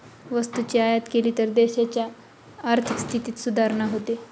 वस्तूची आयात केली तर देशाच्या आर्थिक स्थितीत सुधारणा होते